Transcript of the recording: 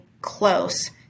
close